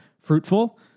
fruitful